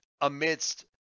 amidst